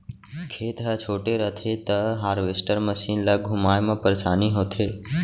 खेत ह छोटे रथे त हारवेस्टर मसीन ल घुमाए म परेसानी होथे